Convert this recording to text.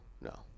no